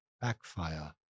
Backfire